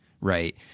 right